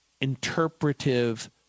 interpretive